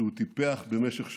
שהוא טיפח במשך שנים.